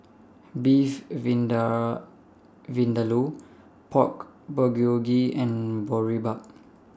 Beef Vindaloo Pork Bulgogi and Boribap